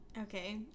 Okay